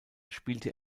spielte